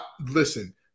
Listen